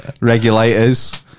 Regulators